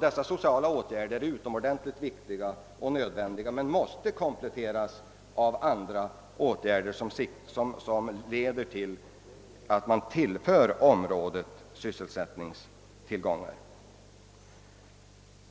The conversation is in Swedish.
Dessa sociala åtgärder är utomordentligt viktiga och nödvändiga men måste kompletteras av andra som leder till att dessa områden tillförs sysselsättning.